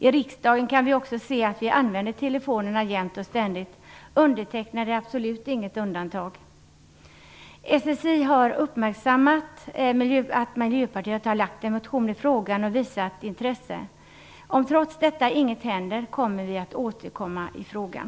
I riksdagen kan vi också se att telefoner används jämt och ständigt. Själv är jag absolut inget undantag. SSI har uppmärksammat att Miljöpartiet har väckt en motion i frågan och visat intresse. Om trots det inget händer återkommer vi i frågan.